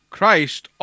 Christ